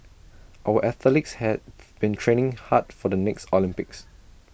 our athletes have been training hard for the next Olympics